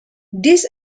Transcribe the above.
this